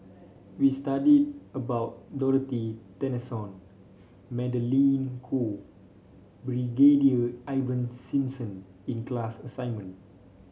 we studied about Dorothy Tessensohn Magdalene Khoo Brigadier Ivan Simson in class assignment